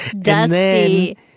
Dusty